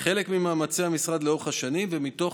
כחלק ממאמצי המשרד לאורך השנים ומתוך